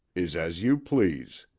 is as you please.